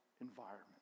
environment